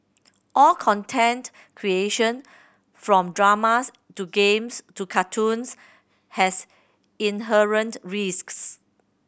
all content creation from dramas to games to cartoons has inherent risks